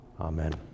Amen